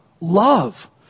Love